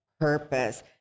Purpose